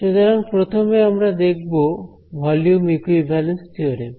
সুতরাং প্রথমে আমরা দেখব ভলিউম ইকুইভ্যালেন্স থিওরেম